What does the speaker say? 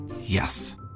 Yes